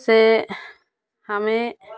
से हमें